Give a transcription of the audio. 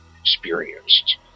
experienced